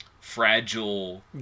fragile